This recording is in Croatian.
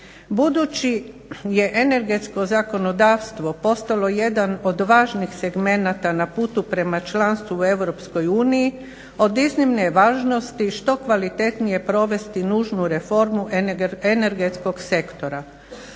Budući je energetsko zakonodavstvo postalo jedan od važnih segmenata na putu prema članstvu u EU od iznimne je važnosti što kvalitetnije provesti nužnu reformu energetskog sektora.